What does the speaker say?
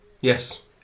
Yes